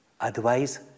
Otherwise